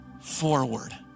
forward